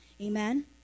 Amen